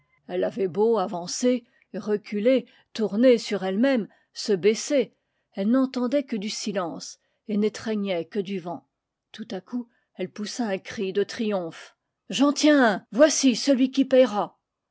elle avait beau avancer reculer tourner sur ellemême se baisser elle n'entendait que du silence et n'étreignait que du vent tout à coup elle poussa un cri de triomphe j'en tiens un voici celui qui payera